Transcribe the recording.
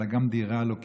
אלא גם דירה לא קיבלו.